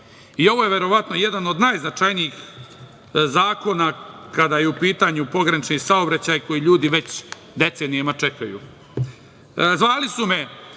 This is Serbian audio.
Ovo je verovatno jedan od najznačajnijih zakona kada je u pitanju pogranični saobraćaj koji ljudi već decenijama čekaju. Zvali